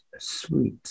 Sweet